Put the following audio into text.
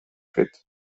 fit